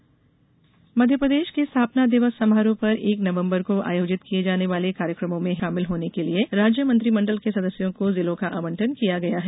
स्थापना दिवस मध्यप्रदेश के स्थापना दिवस समारोह पर एक नवंबर को आयोजित किये जाने वाले कार्यक्रमों में शामिल होने के लिए राज्य मंत्रिमण्डल के सदस्यों को जिलों का आवंटन किया गया है